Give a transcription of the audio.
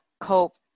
Cope